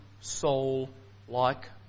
soul-like